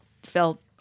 Felt